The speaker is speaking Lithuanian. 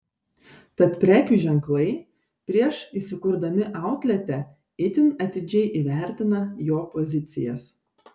tad prekių ženklai prieš įsikurdami outlete itin atidžiai įvertina jo pozicijas